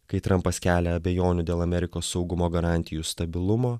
kai trampas kelia abejonių dėl amerikos saugumo garantijų stabilumo